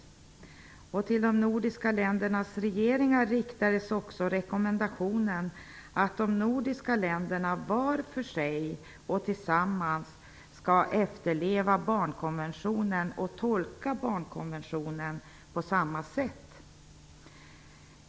Till de nordiska ländernas regeringar riktades också rekommendationen att de nordiska länderna var för sig och tillsammans skall efterleva barnkonventionen och tolka barnkonventionen på samma sätt.